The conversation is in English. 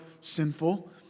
sinful